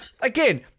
again